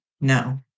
No